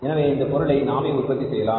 எனவே இந்த பொருளை நாமே உற்பத்தி செய்யலாம்